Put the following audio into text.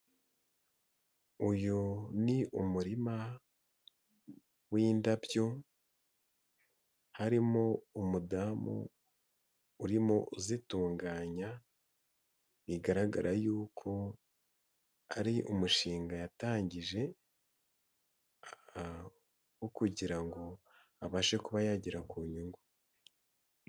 Uyu ni umurima w'indabyo, harimo umudamu urimo uzitunganya, bigaragara yuko ari umushinga yatangije wo kugira ngo abashe kuba yagera ku nyungu.